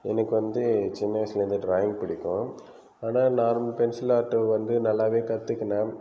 எனக்கு வந்து சின்ன வயசுலேருந்தே ட்ராயிங் பிடிக்கும் ஆனால் நான் வந்து பென்சில் ஆர்ட் வந்து நல்லாவே கத்துகின்னேன்